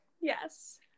Yes